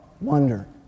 wonder